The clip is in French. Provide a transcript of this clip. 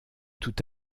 tout